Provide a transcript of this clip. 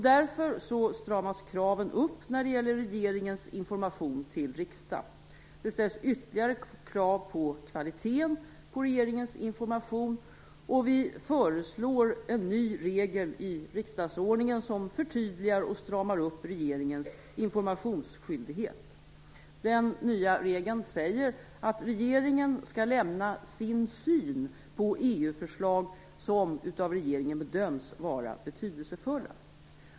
Därför stramas kraven upp när det gäller regeringens information till riksdagen. Det ställs ytterligare krav på kvaliteten på regeringens information, och vi föreslår en ny regel i riksdagsordningen, som förtydligar och stramar upp regeringens informationsskyldighet. Den nya regeln säger att regeringen skall lämna sin syn på EU-förslag som av regeringen bedöms vara betydelsefulla.